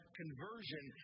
conversion